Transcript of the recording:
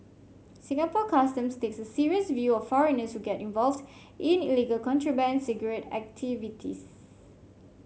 Singapore Customs takes a serious view foreigners to get involved in illegal contraband cigarette activities